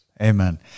Amen